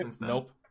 Nope